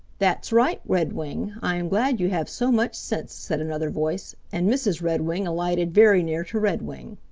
that's right, redwing. i am glad you have so much sense, said another voice, and mrs. redwing alighted very near to redwing.